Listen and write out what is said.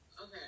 Okay